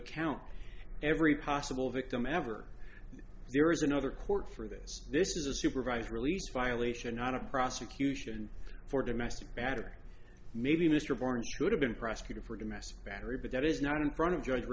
account every possible victim ever there is another court for this this is a supervised release violation not a prosecution for domestic battery maybe mr bourne should have been prosecuted for domestic battery but that is not in front of judge